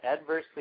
adversely